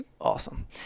Awesome